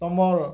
ତମର